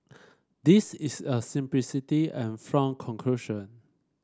this is a simplistic and flawed conclusion